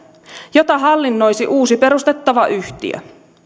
jota hallinnoisi uusi perustettava yhtiö